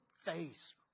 face